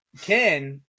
Ken